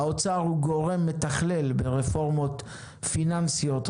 האוצר הוא גורם מתכלל לרפורמות פיננסיות,